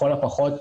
לכל הפחות,